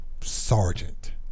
sergeant